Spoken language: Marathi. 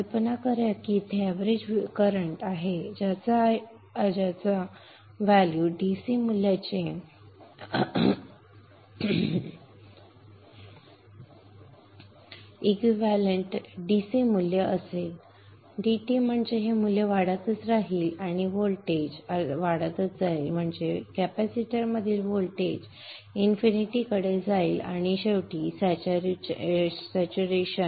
कल्पना करा की तेथे एक एवरेज करंट आहे ज्याचा अर्थ dC मूल्याचे इक्विव्हेंलेंट dC मूल्य इंटिग्रल dC मूल्य असेल dt म्हणजे हे मूल्य वाढतच राहील आणि व्होल्टेज वाढतच जाईल म्हणजे कॅपेसिटरमधील व्होल्टेज इन्फिनिटी कडे जाईल आणि शेवटी स्टॅच्यूरेशन